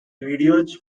videos